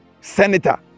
senator